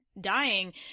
dying